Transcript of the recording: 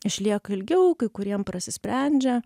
išlieka ilgiau kai kuriem prasisprendžia